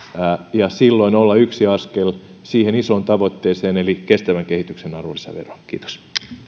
ja silloin olla yksi askel siihen isoon tavoitteeseen eli kestävän kehityksen arvonlisäveroon kiitos